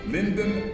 Lyndon